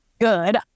good